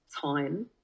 time